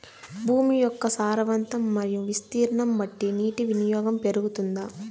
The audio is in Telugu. భూమి యొక్క సారవంతం మరియు విస్తీర్ణం బట్టి నీటి వినియోగం పెరుగుతుందా?